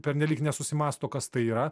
pernelyg nesusimąsto kas tai yra